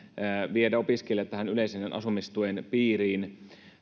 viedä opiskelijat tämän yleisen asumistuen piiriin niin